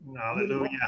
hallelujah